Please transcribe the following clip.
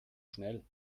schnell